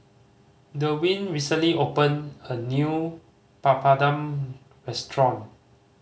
Derwin recently opened a new Papadum restaurant